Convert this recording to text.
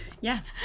yes